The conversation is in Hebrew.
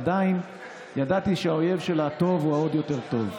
עדיין ידעתי שהאויב של הטוב הוא העוד יותר טוב.